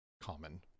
common